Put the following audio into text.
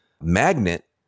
magnet